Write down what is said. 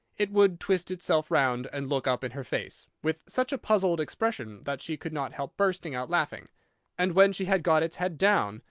it would twist itself round and look up in her face, with such a puzzled expression that she could not help bursting out laughing and when she had got its head down,